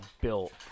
built